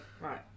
right